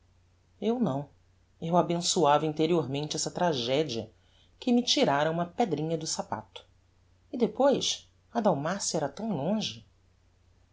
eu não eu abençoava interiormente essa tragedia que me tirára uma pedrinha do sapato e depois a dalmacia era tão longe